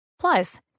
Plus